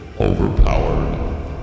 Overpowered